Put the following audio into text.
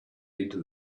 into